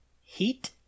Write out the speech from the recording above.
Heat